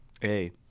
Hey